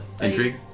intrigue